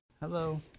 Hello